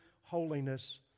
holiness